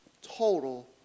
Total